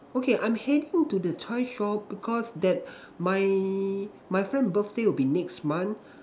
okay I'm heading to the toy shop because that my my friend birthday will be next month